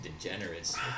degenerates